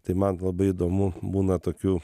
tai man labai įdomu būna tokių